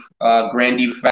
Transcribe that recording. Grandy